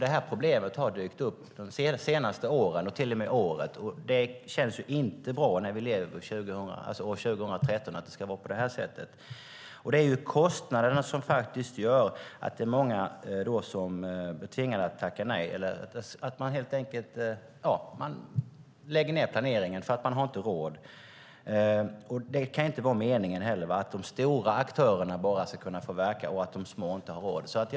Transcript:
Det här problemet har dykt upp de senaste åren, till och med det senaste året. Det känns inte bra när vi lever år 2013 att det ska vara på det här sättet. Det är kostnaderna som gör att många blir tvingade att tacka nej, att man helt enkelt lägger ned planeringen därför att man inte har råd. Det kan inte vara meningen att bara de stora aktörerna ska kunna verka; de små har inte råd.